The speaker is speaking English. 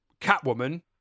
Catwoman